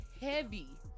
heavy